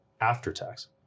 after-tax